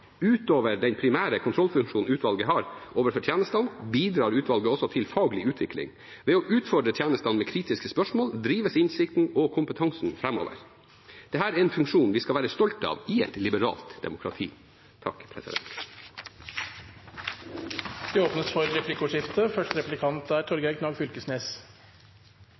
Utover den primære kontrollfunksjonen utvalget har overfor tjenestene, bidrar utvalget også til faglig utvikling. Ved å utfordre tjenestene med kritiske spørsmål drives innsikten og kompetansen framover. Dette er en funksjon vi skal være stolte av i et liberalt demokrati. Det blir replikkordskifte. Har Forsvarsdepartementet godkjent metodar for